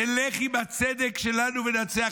נלך עם הצדק שלנו וננצח.